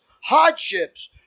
hardships